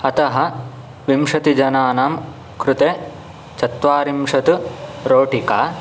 अतः विंशतिजनानां कृते चत्वारिंशत् रोटिका